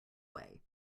way